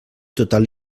total